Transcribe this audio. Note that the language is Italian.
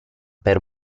per